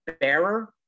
bearer